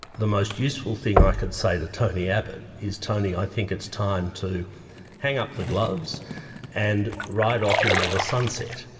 the most useful thing i can say to tony abbott is tony i think it's time to hang up the gloves and ride off into the sunset.